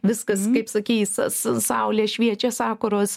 viskas kaip sakei saulė šviečia sakuros